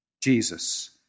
Jesus